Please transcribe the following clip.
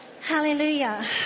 Hallelujah